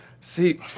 See